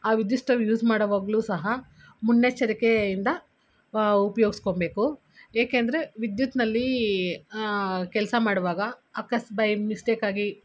ಆ ವಿದ್ಯುತ್ stove use ಮಾಡೋವಾಗಲೂ ಸಹ ಮುನ್ನೆಚ್ಚರಿಕೆಯಿಂದ ಉಪಯೋಗಿಸ್ಕೋಬೇಕು ಏಕೆಂದರೆ ವಿದ್ಯುತ್ತಿನಲ್ಲಿ ಕೆಲಸ ಮಾಡೋವಾಗ ಅಕಸ್ ಬೈ ಮಿಸ್ಟೇಕ್ ಆಗಿ